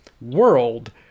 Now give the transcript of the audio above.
world